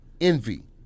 Envy